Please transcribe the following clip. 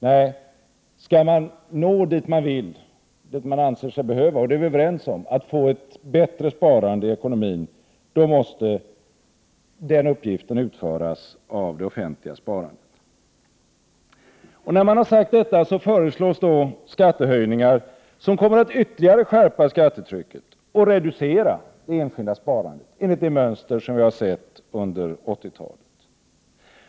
Nej, om man skall uppnå det vi är överens om — ett bättre sparande i ekonomin — måste den uppgiften utföras av det offentliga sparandet. När man har sagt detta föreslås skattehöjningar som kommer att ytterligare skärpa skattetrycket och reducera det enskilda sparandet enligt det mönster som vi har sett under 80-talet.